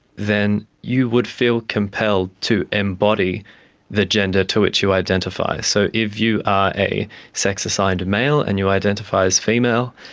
then you would feel compelled to embody the gender to which you identify. so if you are a sex assigned male and you identify as female,